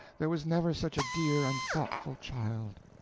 there was never such a dear and thoughtful child.